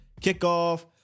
kickoff